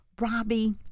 Robbie